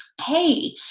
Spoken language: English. hey